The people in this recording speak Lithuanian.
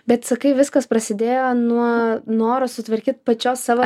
bet sakai viskas prasidėjo nuo noro sutvarkyt pačios savo